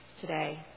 today